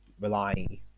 rely